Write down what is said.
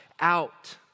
out